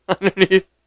underneath